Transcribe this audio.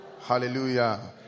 Hallelujah